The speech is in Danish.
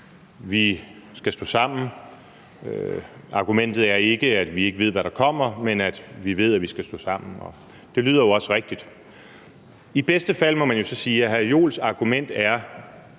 vi skal stå sammen. Argumentet er ikke, at vi ikke ved, hvad der kommer, men at vi ved, at vi skal stå sammen – og det lyder jo også rigtigt. I bedste fald må man jo så sige, at hr. Jens Joels argument er: